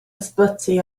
ysbyty